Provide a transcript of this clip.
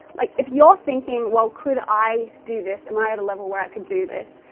like if you're thinking, well, could i do this? am i at a level where i can do this?